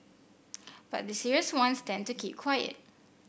but the serious ones tend to keep quiet